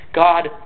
God